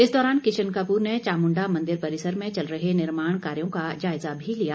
इस दौरान किशन कपूर ने चामुण्डा मन्दिर परिसर में चल रहे निर्माण कार्यो का जायजा भी लिया